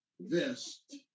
vest